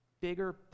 bigger